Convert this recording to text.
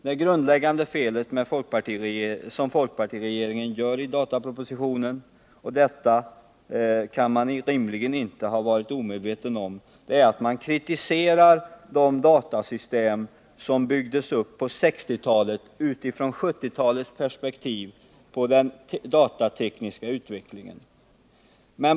Det grundläggande felet som folkpartiregeringen gör i datapropositionen — och detta kan man rimligen inte ha varit omedveten om — är att den kritiserar de datasystem som byggdes upp på 1960-talet med 1970-talets perspektiv på den datatekniska utvecklingen.